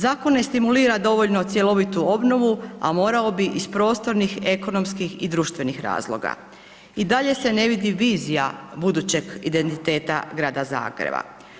Zakon ne stimulira dovoljno cjelovitu obnovu, a morao bi iz prostornih, ekonomskih i društvenih razloga i dalje se ne vidi vizija budućeg identiteta Grada Zagreba.